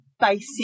basic